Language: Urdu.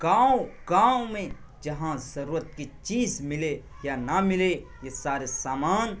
گاؤں گاؤں میں جہاں ضرورت کی چیز ملے یا نہ ملے یہ سارے سامان